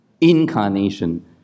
Incarnation